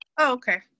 okay